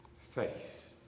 Faith